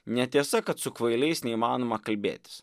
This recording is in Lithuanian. netiesa kad su kvailiais neįmanoma kalbėtis